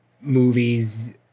movies